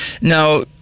Now